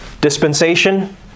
Dispensation